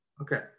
Okay